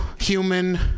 human